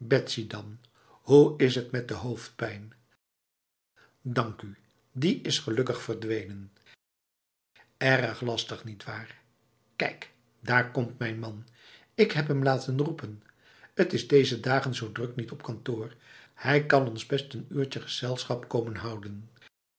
dan hoe is het met de hoofdpijn dank u die is gelukkig verdwenen erg lastig nietwaar kijk daar komt mijn man ik heb hem laten roepen het is dezer dagen zo druk niet op t kantoor hij kan ons best n uurtje gezelschap komen houdenf